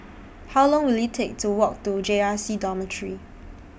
How Long Will IT Take to Walk to J R C Dormitory